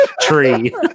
tree